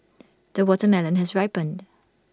the watermelon has ripened